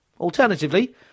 Alternatively